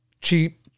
cheap